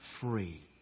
free